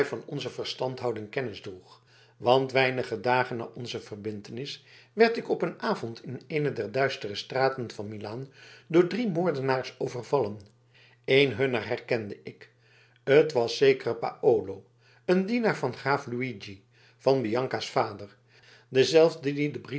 van onze verstandhouding kennis droeg want weinige dagen na onze verbintenis werd ik op een avond in eene der duistere straten van milaan door drie moordenaars overvallen een hunner herkende ik het was zekere paolo een dienaar van graaf luigi van bianca's vader dezelfde